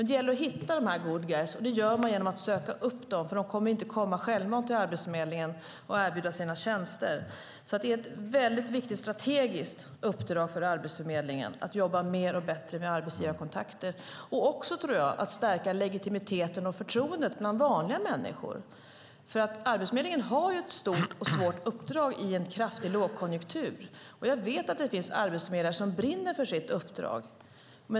Det gäller dock att hitta dessa good guys, och det gör man genom att söka upp dem. De kommer inte att komma självmant till Arbetsförmedlingen och erbjuda sina tjänster. Det är alltså ett väldigt viktigt strategiskt uppdrag för Arbetsförmedlingen att jobba mer och bättre med arbetsgivarkontakter. Jag tror också att det handlar om att stärka legitimiteten och förtroendet bland vanliga människor. Arbetsförmedlingen har ett stort och svårt uppdrag i en kraftig lågkonjunktur, och jag vet att det finns arbetsförmedlare som brinner för sitt uppdrag.